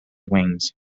wings